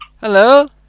Hello